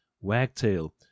wagtail